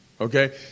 Okay